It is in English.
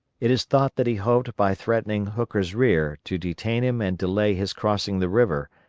it is thought that he hoped by threatening hooker's rear to detain him and delay his crossing the river,